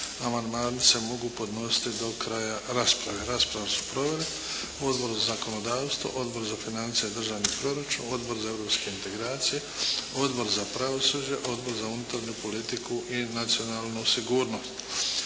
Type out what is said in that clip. Amandmani se mogu podnositi do kraja rasprave. Raspravu su proveli Odbor za zakonodavstvo, Odbor za financije državnog proračuna, Odbor za europske integracije, Odbor za pravosuđe, Odbor za unutarnju politiku i nacionalnu sigurnost.